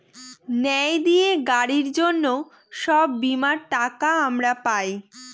ন্যায় দিয়ে গাড়ির জন্য সব বীমার টাকা আমরা পাই